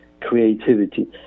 creativity